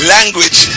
Language